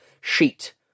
sheet